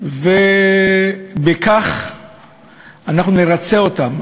ובכך אנחנו נרצה אותם,